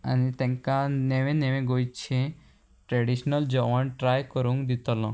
आनी तांकां नेवें नेवें गोंयचें ट्रॅडिशनल जेवण ट्राय करूंक दितलो